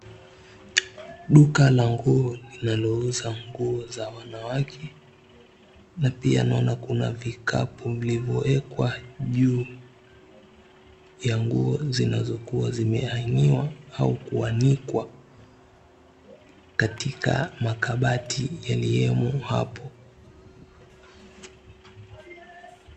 Duka la nguo linalouza nguo za wanawake, na pia naona kuna vikapu vilivyoekwa juu ya nguo zinazokua(cs) zimehangiwa(cs) au kuanikwa katika makabati yaliemo hapo.